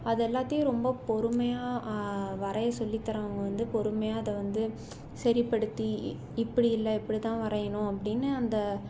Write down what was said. அது எல்லாத்தையும் ரொம்ப பொறுமையாக வரைய சொல்லித் தர்றவங்க வந்து பொறுமையாக அதை வந்து சரிப்படுத்தி இப்படி இல்லை இப்படி தான் வரையணும் அப்படின்னு அந்த